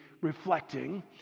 reflecting